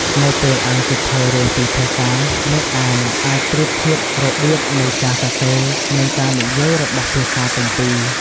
នៅពេលអានសៀវភៅរឿងពីរភាសា អ្នកអានអាចប្រៀបធៀបរបៀបនៃការសរសេរ និងការនិយាយរបស់ភាសាទាំងពីរ។